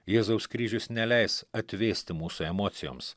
jėzaus kryžius neleis atvėsti mūsų emocijoms